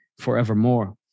forevermore